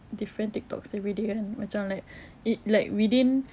different tiktoks everyday kan macam like it like within